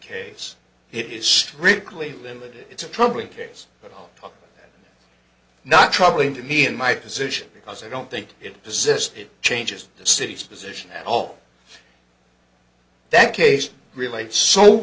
case it is strictly limited to probably case at all not troubling to me in my position because i don't think it does is it changes the city's position all that case relates so